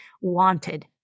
wanted